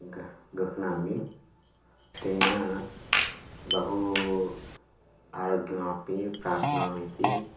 गृहं गृह्नामि तेन बहु आरोग्यमपि प्राप्नोमीति